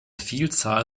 vielzahl